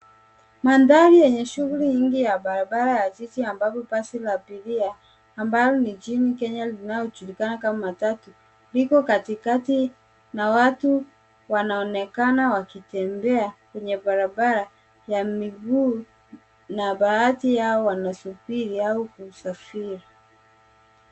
Mandhari yenye shughuli nyingi ya barabara ya jiji ambapo basi la abiria ambalo nchini kenya linalojulikana kama matatu liko katikati na watu wanaonekana wakitembea kwenye barabara ya miguu na baadhi yao wanasubiri au kusafiri.